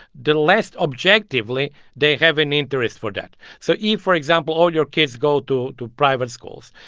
the less objectively they have an interest for that. so if, for example, all your kids go to to private schools,